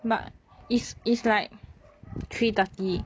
but is is like three thirty